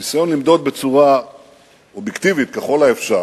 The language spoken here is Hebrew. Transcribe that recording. ניסיון למדוד בצורה אובייקטיבית ככל האפשר